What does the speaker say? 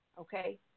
okay